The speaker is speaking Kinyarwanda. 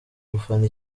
gufana